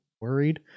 worried